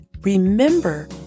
remember